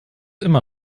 immer